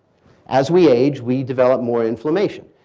as we age we develop more inflammation.